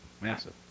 Massive